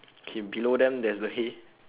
okay below them there's a hay